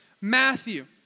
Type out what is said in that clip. Matthew